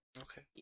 Okay